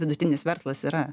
vidutinis verslas yra